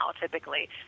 typically